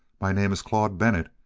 my name is claude bennett,